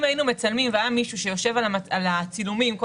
אם היינו מצלמים ומישהו היה בוחן את הצילומים כל